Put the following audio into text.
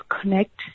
connect